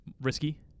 Risky